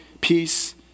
peace